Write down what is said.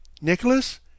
Nicholas